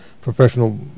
professional